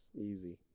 Easy